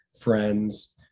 friends